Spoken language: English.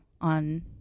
on